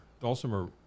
Dulcimer